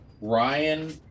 Ryan